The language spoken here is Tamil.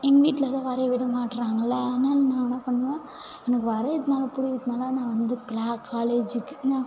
எங்கள் வீட்டில் தான் வரையை விட மாட்டுறாங்கள அதனால் நான் என்ன பண்ணுவேன் எனக்கு வரையிறதுனா பிடிக்கிறதுனால நான் வந்து க்ளா காலேஜிக்கு நான்